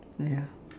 ya